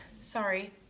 Sorry